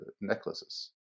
necklaces